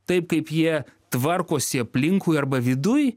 taip kaip jie tvarkosi aplinkui arba viduj